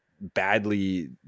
badly